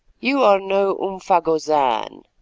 you are no umfagozan